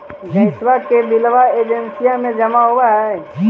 गैसवा के बिलवा एजेंसिया मे जमा होव है?